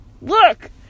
Look